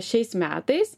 šiais metais